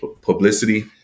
publicity